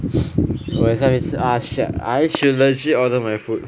我也是要去吃 ah shag I should legit order my food